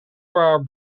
war